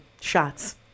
shots